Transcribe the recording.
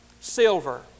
silver